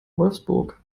wolfsburg